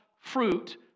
fruit